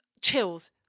chills